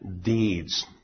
deeds